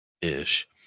ish